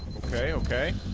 ok ok